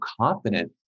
confident